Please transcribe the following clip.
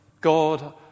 God